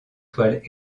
toiles